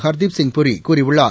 ஹர்தீப் சிங் பூரி கூறியுள்ளார்